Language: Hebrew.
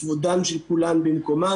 וכבודן של כולן במקומו.